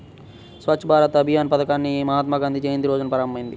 స్వచ్ఛ్ భారత్ అభియాన్ పథకాన్ని మహాత్మాగాంధీ జయంతి రోజున ప్రారంభమైంది